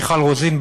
מיכל רוזין,